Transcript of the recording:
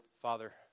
Father